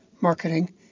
marketing